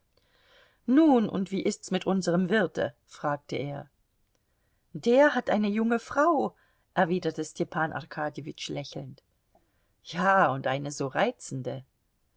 nun und wie ist's mit unserm wirte fragte er der hat eine junge frau erwiderte stepan arkadjewitsch lächelnd ja und eine so reizende